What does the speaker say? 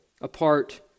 apart